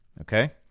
okay